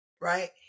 right